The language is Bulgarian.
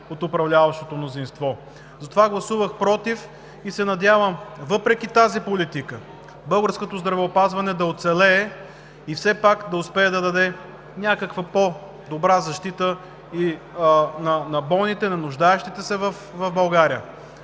от управляващото мнозинство. Затова гласувах „против“ и се надявам въпреки тази политика българското здравеопазване да оцелее и все пак да успее да даде някаква по-добра защита на болните, на нуждаещите се в България.